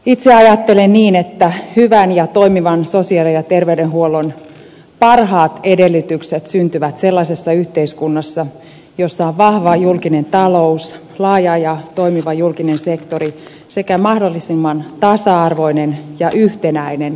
itse ajattelen niin että hyvän ja toimivan sosiaali ja terveydenhuollon parhaat edellytykset syntyvät sellaisessa yhteiskunnassa jossa on vahva julkinen talous laaja ja toimiva julkinen sektori sekä mahdollisimman tasa arvoinen ja yhtenäinen yhteiskunta